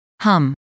Hum